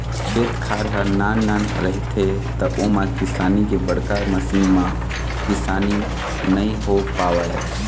खेत खार ह नान नान रहिथे त ओमा किसानी के बड़का मसीन म किसानी नइ हो पावय